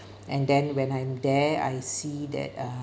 and then when I'm there I see that uh